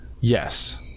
yes